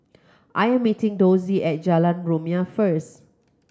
I am meeting Dossie at Jalan Rumia first